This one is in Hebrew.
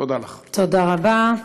תודה רבה.